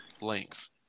length